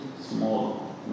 small